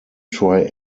try